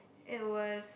it was